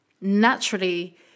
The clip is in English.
naturally